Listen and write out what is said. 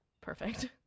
Perfect